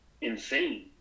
insane